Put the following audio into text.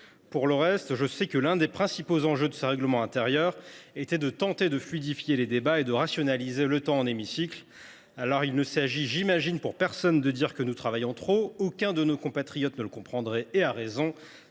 Pour le reste, je sais que l’un des principaux enjeux de cette réforme du règlement était de tenter de fluidifier les débats et de rationaliser le temps en hémicycle. J’imagine que personne n’oserait dire que nous travaillons trop : aucun de nos compatriotes ne le comprendrait, et à raison…